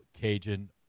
Cajun